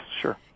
sure